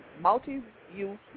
multi-use